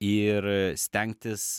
ir stengtis